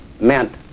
meant